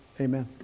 Amen